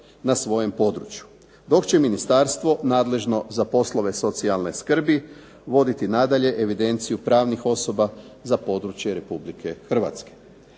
na svojem području, dok će ministarstvo nadležno za poslove socijalne skrbi voditi nadalje evidenciju pravnih osoba za područje Republike Hrvatske.